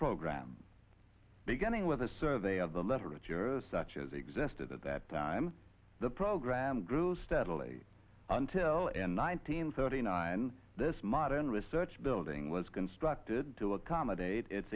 program beginning with a survey of the literature such as existed at that time the program grew steadily until and nineteen thirty nine this modern research building was constructed to accommodate it